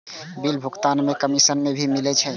Bill भुगतान में commission भी मिले छै?